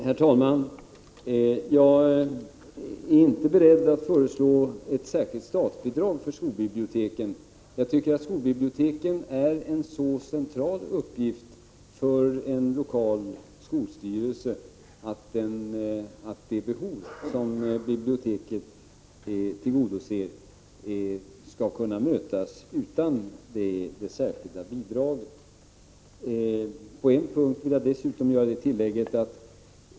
Herr talman! Jag är inte beredd att föreslå ett särskilt statsbidrag för skolbiblioteken. Jag tycker att skolbiblioteken är så centrala för den lokala skolstyrelsen att det behov som biblioteket tillgodoser skall kunna mötas utan särskilda bidrag. På en punkt vill jag dessutom göra ett tillägg.